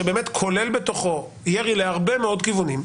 שבאמת כולל בתוכו ירי להרבה מאוד כיוונים,